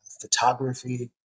photography